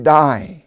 die